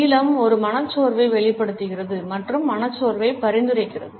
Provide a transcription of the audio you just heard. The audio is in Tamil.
நீலம் ஒரு மனச்சோர்வை வெளிப்படுத்துகிறது மற்றும் மனச்சோர்வை பரிந்துரைக்கிறது